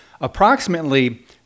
approximately